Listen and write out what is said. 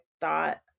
thought